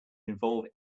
involve